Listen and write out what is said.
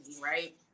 right